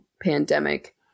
pandemic